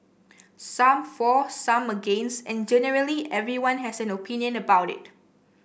some for some against and generally everyone has an opinion about it